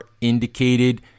indicated